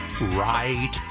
right